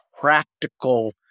practical